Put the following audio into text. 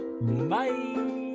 Bye